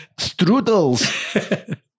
strudels